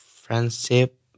friendship